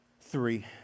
three